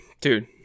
Dude